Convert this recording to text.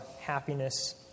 happiness